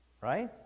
right